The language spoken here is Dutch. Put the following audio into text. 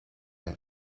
een